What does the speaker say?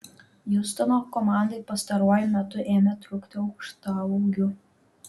hjustono komandai pastaruoju metu ėmė trūkti aukštaūgių